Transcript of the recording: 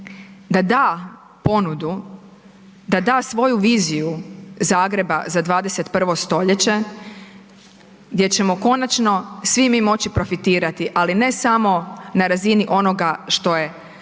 da da ponudu, da da svoju viziju Zagreba za 21. stoljeće gdje ćemo konačno svi mi moći profitirati, ali ne samo na razini onoga što je